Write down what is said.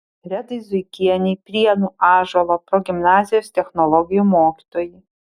redai zuikienei prienų ąžuolo progimnazijos technologijų mokytojai